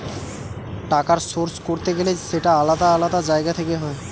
টাকার সোর্স করতে গেলে সেটা আলাদা আলাদা জায়গা থেকে হয়